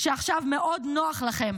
שעכשיו מאוד נוח לכם